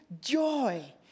joy